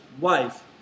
wife